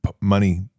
money